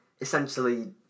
essentially